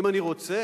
אם אני רוצה,